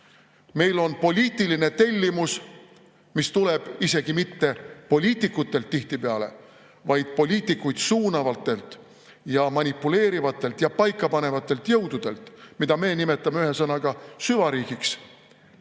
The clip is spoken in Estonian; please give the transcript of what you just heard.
Meil on poliitiline tellimus, mis tihtipeale ei tule isegi mitte poliitikutelt, vaid poliitikuid suunavatelt ja manipuleerivatelt ja paika panevatelt jõududelt, mida me nimetame ühe sõnaga süvariigiks,